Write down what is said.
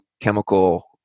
chemical